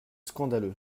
scandaleux